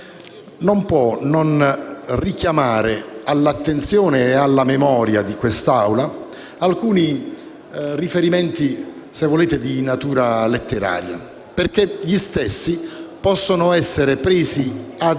non può non richiamare all'attenzione e alla memoria di quest'Assemblea alcuni riferimenti, se volete di natura letteraria, perché gli stessi possono essere presi ad esempio